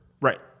Right